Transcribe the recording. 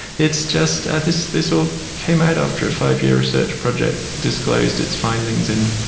it's just ah this this all came out after a five-year research project disclosed its findings in,